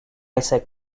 isaac